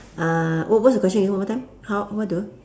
what's what's the question again one more time how what do